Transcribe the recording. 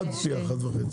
עד פי אחד וחצי.